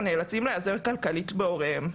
נאלצים להיעזר כלכלית בהוריהם.